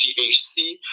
thc